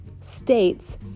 states